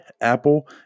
Apple